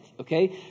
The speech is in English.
okay